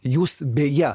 jūs beje